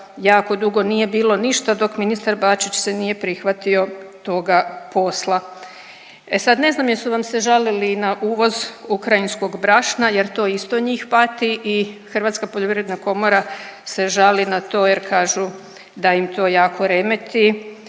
jako dugo nije bilo ništa dok ministar Bačić se nije prihvatio toga posla. E sad ne znam jesu vam se žalili i na uvoz ukrajinskog brašna jer to isto njih pati i Hrvatska poljoprivredna komora se žali na to jer kažu da im to jako remeti